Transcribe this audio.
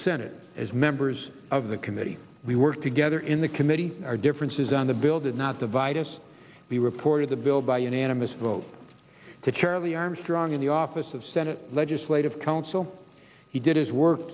senate as members of the committee we work together in the committee our differences on the bill did not divide us the report of the bill by unanimous vote to charlie armstrong in the office of senate legislative council he did his work